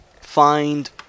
find